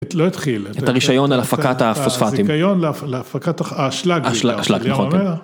לא התחיל. את הרישיון על הפקת הפוספתים. את הזיקיון על הפקת האשלג. האשלג, נכון.